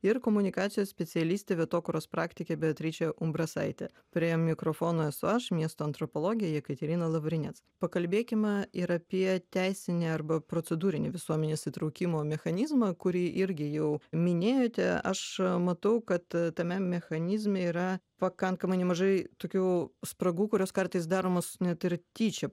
ir komunikacijos specialistė vietokūros praktikė beatričė umbrasaitė prie mikrofono esu aš miesto antropologė jekaterina lavriniec pakalbėkime ir apie teisinį arba procedūrinį visuomenės įtraukimo mechanizmą kurį irgi jau minėjote aš matau kad tame mechanizme yra pakankamai nemažai tokių spragų kurios kartais daromos net ir tyčia